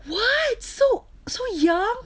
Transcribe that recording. what so so young